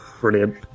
Brilliant